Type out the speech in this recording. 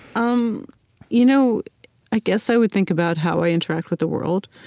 um you know i guess i would think about how i interact with the world,